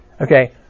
Okay